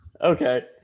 okay